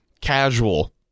casual